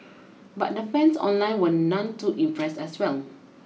but the fans online were none too impressed as well